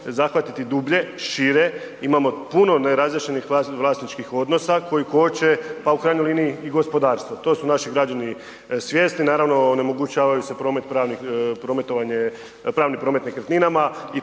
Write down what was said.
zahvatiti dublje, šire. Imamo puno nerazjašnjenih vlasničkih odnosa koji koče, pa u krajnjoj liniji i gospodarstvo. To su naši građani svjesni, naravno, onemogućavaju se prometovanje, pravni promet nekretninama i